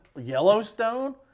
Yellowstone